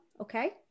okay